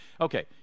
Okay